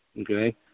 okay